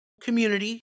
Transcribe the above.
community